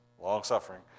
Long-suffering